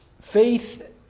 Faith